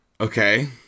Okay